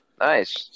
Nice